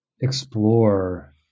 explore